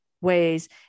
ways